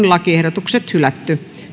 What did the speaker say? lakiehdotukset hylätään